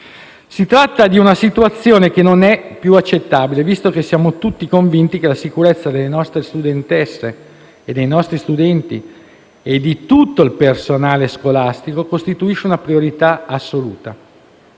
Si tratta di una situazione che non è più accettabile, visto che siamo tutti convinti che la sicurezza delle nostre studentesse e dei nostri studenti e di tutto il personale scolastico costituisca una priorità assoluta.